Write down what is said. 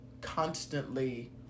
constantly